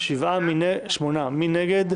מי נגד?